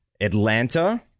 Atlanta